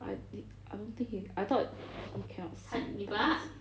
but I I don't think he I thought he cannot sing those